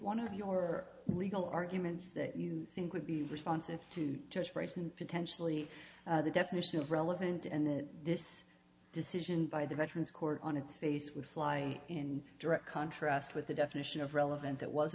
one of your legal arguments that you think would be responsive to judge raisman potentially the definition of relevant and this decision by the veterans court on its face would fly in direct contrast with the definition of relevant that was